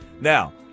Now